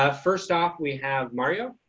ah first off, we have mario